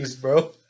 bro